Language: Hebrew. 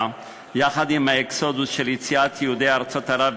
יחד עם האקסודוס של יציאת יהודי ערב,